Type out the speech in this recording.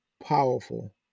powerful